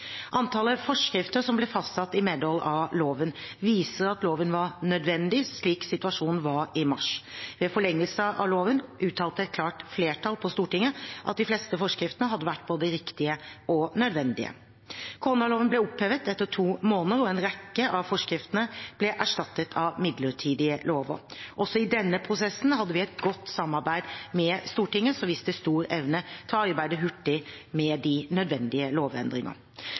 Antallet forskrifter som ble fastsatt i medhold av loven, viser at loven var nødvendig slik situasjonen var i mars. Ved forlengelse av loven uttalte et klart flertall på Stortinget at de fleste forskriftene hadde vært både riktige og nødvendige. Koronaloven ble opphevet etter to måneder, og en rekke av forskriftene ble erstattet av midlertidige lover. Også i denne prosessen hadde vi et godt samarbeid med Stortinget, som viste stor evne til å arbeide hurtig med de nødvendige